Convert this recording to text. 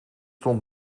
stond